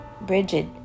Bridget